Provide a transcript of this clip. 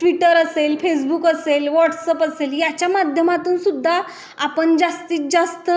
Twitter असेल Facebook असेल WhatsApp असेल याच्या माध्यमातून सुद्धा आपण जास्तीत जास्त